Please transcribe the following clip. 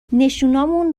نشونامون